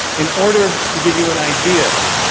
in order to give you an idea